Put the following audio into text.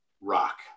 rock